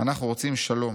אנחנו רוצים שלום,